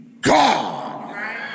God